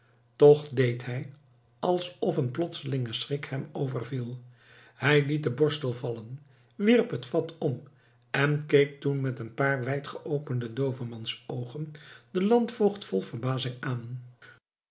toch deed hij alsof een plotselinge schrik hem overviel hij liet den borstel vallen wierp het vat om en keek toen met een paar wijdgeopende doovemansoogen den landvoogd vol verbazing aan